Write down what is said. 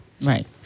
Right